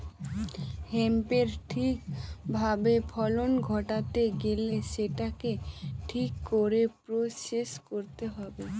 হেম্পের ঠিক ভাবে ফলন ঘটাতে গেলে সেটাকে ঠিক করে প্রসেস করতে হবে